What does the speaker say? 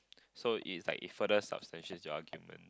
so is like it further substantiates your argument